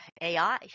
AI